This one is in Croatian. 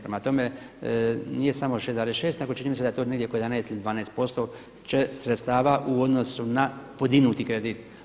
Prema tome, nije samo 6,6 nego čini mi se da je to negdje oko 11 ili 12% će sredstava u odnosu na podignuti kredit.